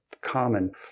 common